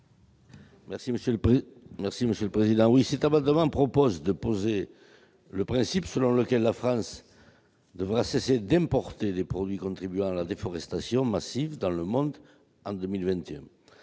M. Roland Courteau. Cet amendement vise à poser le principe selon lequel la France devra cesser d'importer des produits contribuant à la déforestation massive dans le monde en 2021.